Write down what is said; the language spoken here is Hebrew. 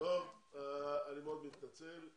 אני מאוד מתנצל,